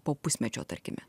po pusmečio tarkime